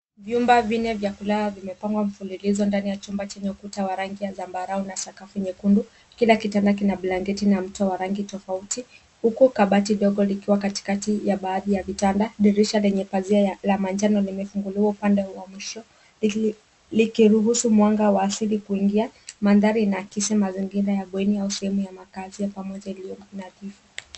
Vyumba vinne vya kulala vimepangwa mfululizo ndani ya chumba chenye ukuta wa rangi ya zambarau na sakafu nyekundu. Kila kitanda kina blanketi na mto wa rangi tofauti, huku kabati dogo likiwa katikati ya baadhi ya vitanda. Dirisha lenye pazia ya manjano limefunguliwa upande huo wa mwisho , likiruhusu mwanga wa asili kuingia. Mandhari inaakisi mazingira ya bweni au sehemu ya makazi ya pamoja iliyo nadhifu.